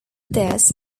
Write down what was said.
this